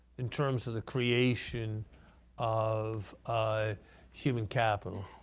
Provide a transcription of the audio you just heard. in terms of the creation of ah human capital,